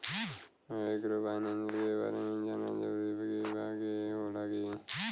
Microfinance के बारे में जानल जरूरी बा की का होला ई?